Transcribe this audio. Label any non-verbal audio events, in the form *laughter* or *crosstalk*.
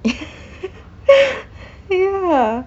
*noise* ya